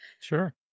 sure